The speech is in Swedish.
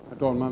Herr talman!